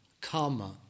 karma